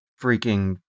freaking